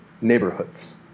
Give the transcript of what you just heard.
neighborhoods